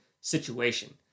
situation